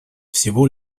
всего